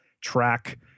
track